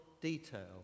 detail